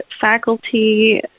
faculty